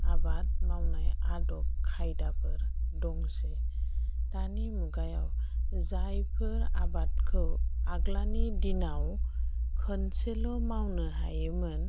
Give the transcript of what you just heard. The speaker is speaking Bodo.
आबाद मावनाय आदब खायदाफोर दंसै दानि मुगायाव जायफोर आबादखौ आगोलनि दिनाव खनसेल' मावनो हायोमोन